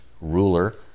ruler